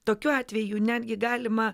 tokiu atveju netgi galima